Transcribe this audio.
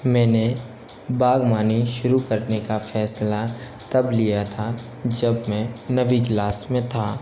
मैंने बागबानी शुरू करने का फ़ैसला तब लिया था जब मैं नौवीं क्लास में था